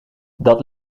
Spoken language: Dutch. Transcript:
dat